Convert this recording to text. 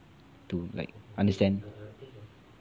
to like understand